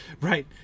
Right